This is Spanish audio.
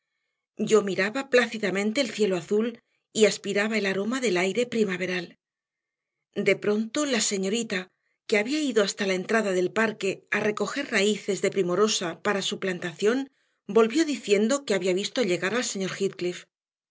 yo miraba plácidamente el cielo azul y aspiraba el aroma del aire primaveral de pronto la señorita que había ido hasta la entrada del parque a recoger raíces de primorosa para su plantación volvió diciendo que había visto llegar al señor